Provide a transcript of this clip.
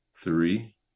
Three